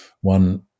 One